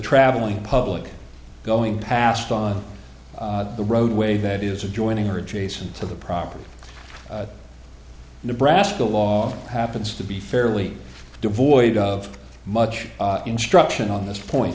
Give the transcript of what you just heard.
traveling public going past on the roadway that is adjoining her adjacent to the property nebraska law happens to be fairly devoid of much instruction on this point